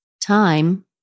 time